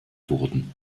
wurden